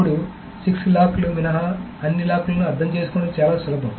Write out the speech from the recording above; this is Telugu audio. ఇప్పుడు సిక్స్ లాక్ లు మినహా అన్ని లాక్ లను అర్థం చేసుకోవడం చాలా సులభం